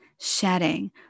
shedding